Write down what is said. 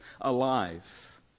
alive